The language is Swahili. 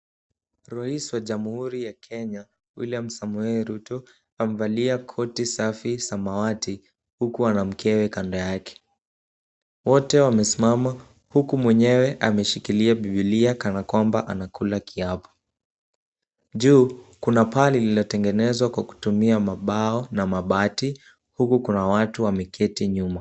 Rais wa jamhuri ya kenya William Samoei Ruto amevalia koti safi samawati huku ana mkewe kando yake. Wote wamesimama huku mwenyewe ameshikilia biblia kana kwamba anakula kiapo. Juu kuna paa lililotengenezwa kwa kutumia mabao na mabati huku kuna watu wameketi nyuma.